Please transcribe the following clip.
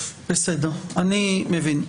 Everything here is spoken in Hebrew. אני מבין.